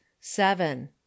seven